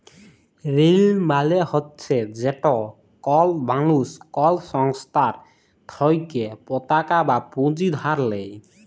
ঋল মালে হছে যেট কল মালুস কল সংস্থার থ্যাইকে পতাকা বা পুঁজি ধার লেই